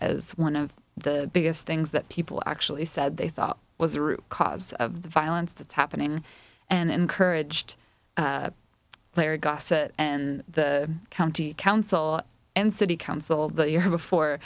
as one of the biggest things that people actually said they thought was the root cause of the violence that's happening and encouraged player gusset and the county council and city council that year before